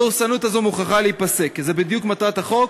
הדורסנות הזו מוכרחה להיפסק, וזו בדיוק מטרת החוק: